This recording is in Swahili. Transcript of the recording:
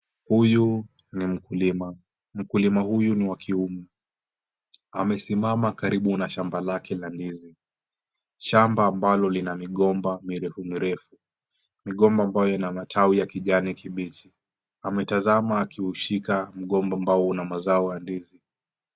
Huyu ni mkulima. Mkulima huyu ni wa kiume. Amesimama karibu na shamba lake la ndizi, shamba ambalo lina migomba mirefu mirefu, migomba ambayo ina matawi ya kijani kibichi. Ametazama akiushika mgomba ambao una mazao wa ndizi.